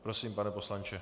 Prosím, pane poslanče.